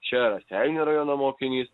čia raseinių rajono mokinys